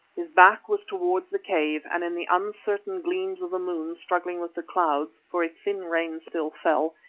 his back was towards the cave, and in the uncertain gleams of the moon, struggling with the clouds, for a thin rain still fell,